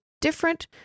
different